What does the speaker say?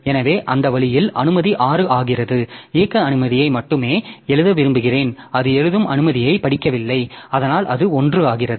எனவே அந்த வழியில் அனுமதி 6 ஆகிறது இயக்க அனுமதியை மட்டுமே எழுத விரும்புகிறேன் அது எழுதும் அனுமதியைப் படிக்கவில்லை அதனால் அது 1 ஆகிறது